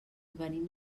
venim